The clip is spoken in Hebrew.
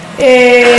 ובאמת,